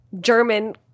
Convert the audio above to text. German